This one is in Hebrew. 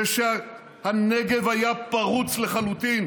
זה שהנגב היה פרוץ לחלוטין